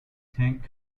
tank